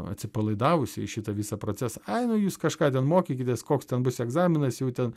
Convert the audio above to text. atsipalaidavusiai į šitą visą procesą ai nu jūs kažką ten mokykitės koks ten bus egzaminas jau ten